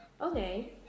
Okay